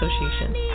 Association